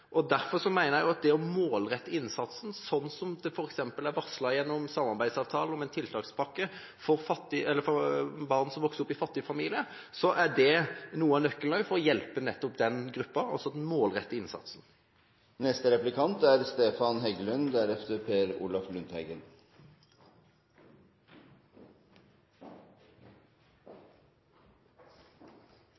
og små forskjeller er bra for samfunnet. Men så har vi også sett at det antallet som lever i fattigdom, dessverre har økt. Derfor mener jeg at det å målrette innsatsen sånn som det f.eks. er varslet i samarbeidsavtalen, gjennom en tiltakspakke for barn som vokser opp i fattige familier, også er noe av nøkkelen til å hjelpe den gruppa – altså at en målretter innsatsen.